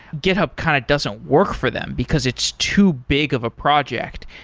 github kind of doesn't work for them, because it's too big of a project,